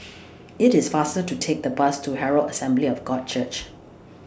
IT IS faster to Take The Bus to Herald Assembly of God Church